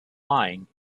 lying